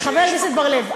חבר הכנסת בר-לב,